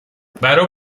برا